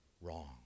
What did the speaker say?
wrong